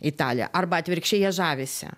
italiją arba atvirkščiai ja žavisi